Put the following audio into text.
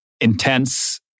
intense